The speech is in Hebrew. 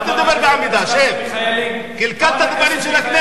אל תצעק בעמידה, שב, שב קודם כול.